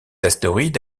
astéroïde